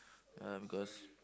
uh because